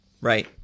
right